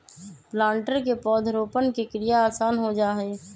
planter से पौधरोपण के क्रिया आसान हो जा हई